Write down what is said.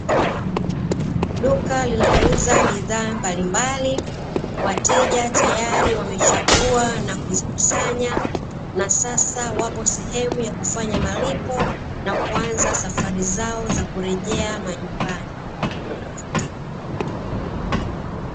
Duka linalouza bidhaa mbalimbali, wateja tayari wamechagua na kuzikusanya, na sasa wapo sehemu ya kufanya malipo na kuanza safari zao za kurejea majumbani.